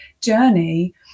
journey